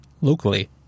locally